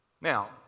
Now